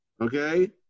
Okay